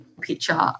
picture